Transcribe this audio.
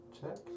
check